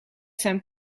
zijn